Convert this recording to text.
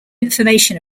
information